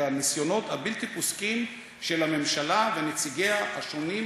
הניסיונות הבלתי-פוסקים של הממשלה ונציגיה השונים,